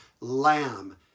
lamb